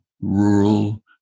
rural